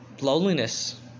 loneliness